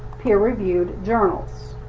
peer-reviewed journals.